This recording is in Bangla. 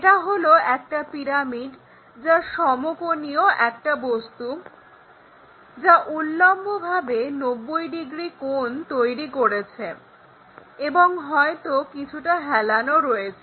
এটা হলো একটা পিরামিড যা সমকোনীয় একটা বস্তু যা উল্লম্বভাবে 90 ডিগ্রী কোণ তৈরি করেছে এবং হয়তো কিছুটা হেলানো আছে